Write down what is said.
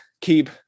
keep